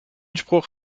spruch